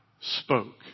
spoke